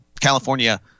California